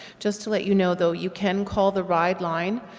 just to let you know though you can call the ride line,